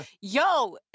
Yo